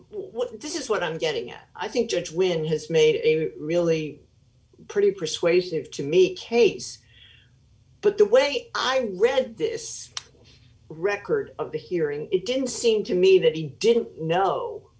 what this is what i'm getting at i think judge women has made a really pretty persuasive to meet case but the way i read this record of the hearing it didn't seem to me that he didn't know